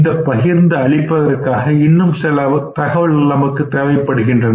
இந்த பகிர்ந்து அளிப்பதற்காக இன்னும் சில தகவல்கள் நமக்குத் தேவைப்படுகின்றது